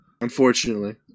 Unfortunately